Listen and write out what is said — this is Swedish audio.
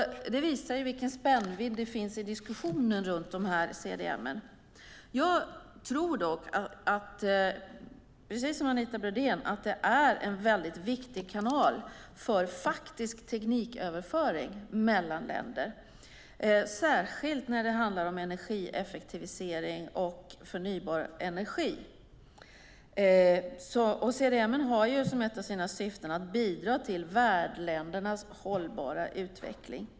Det visar vilken spännvidd det finns i diskussionerna om CDM. Jag tror precis som Anita Brodén att CDM är en viktig kanal för faktisk tekniköverföring mellan länder, särskilt när det handlar om energieffektivisering och förnybar energi. Ett av syftena med CDM är att bidra till värdländernas hållbara utveckling.